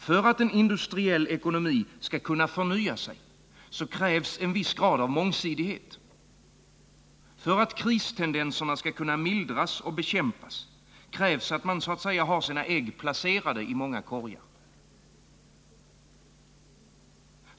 För att en industriell ekonomi skall kunna förnya sig krävs en viss grad av mångsidighet. För att kristendenser skall kunna mildras och bekämpas krävs att man så att säga har sina ägg placerade i många korgar.